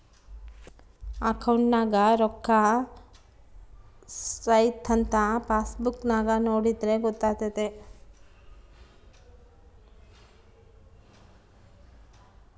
ಅಕೌಂಟ್ನಗ ರೋಕ್ಕಾ ಸ್ಟ್ರೈಥಂಥ ಪಾಸ್ಬುಕ್ ನಾಗ ನೋಡಿದ್ರೆ ಗೊತ್ತಾತೆತೆ